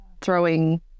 throwing